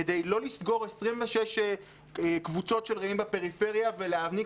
כדי לא לסגור 26 קבוצות של "רעים" בפריפריה ולהעניק